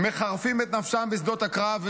מחרפים את נפשם בשדות הקרב,